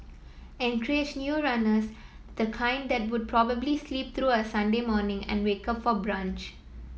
encourage new runners the kind that would probably sleep through a Sunday morning and wake up for brunch